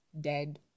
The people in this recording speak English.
dead